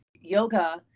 Yoga